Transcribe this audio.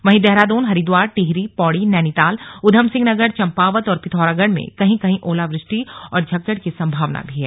वहीं देहरादून हरिद्वार टिहरी पौड़ी नैनीताल ऊधमसिंह नगर चंपावत और पिथौरागढ़ में कहीं कहीं ओलावृष्टि और झक्कड़ की संभावना है